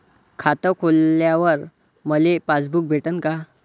खातं खोलल्यावर मले पासबुक भेटन का?